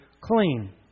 clean